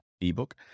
ebook